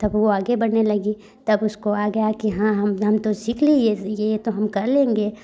तब वो आगे बढ़ाने लगी तब उसके आगे हाँ हम हम तो सीख लिए ये ये तो हम कर लेंगे